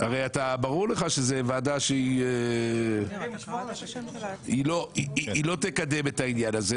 הרי ברור לך שזו ועדה שלא תקדם את העניין הזה,